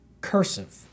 cursive